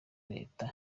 reta